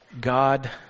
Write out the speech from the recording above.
God